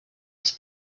als